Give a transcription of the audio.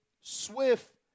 Swift